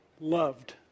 loved